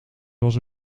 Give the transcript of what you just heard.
was